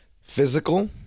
physical